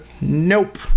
Nope